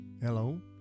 Hello